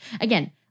Again